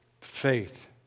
faith